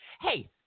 Hey